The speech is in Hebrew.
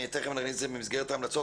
תיכף נביא את זה במסגרת ההמלצות,